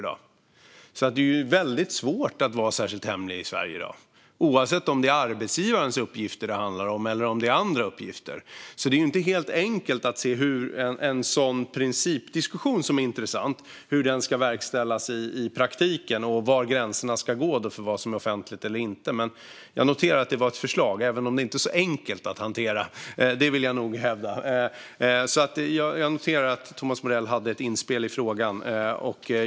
Det är väldigt svårt att vara särskilt hemlig i Sverige i dag, oavsett om det handlar om arbetsgivarens uppgifter eller om andra uppgifter. Det är alltså inte helt enkelt att se hur en sådan princip, som det är intressant att ha en diskussion om, ska verkställas i praktiken och var gränserna ska gå för vad som är offentligt eller inte. Jag noterar att detta var ett förslag även om jag nog vill hävda att det inte är så enkelt att hantera. Jag noterar att Thomas Morell hade ett inspel i frågan.